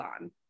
on